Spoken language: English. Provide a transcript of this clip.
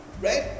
right